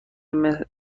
مثل